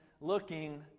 looking